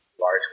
large